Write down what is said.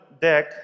deck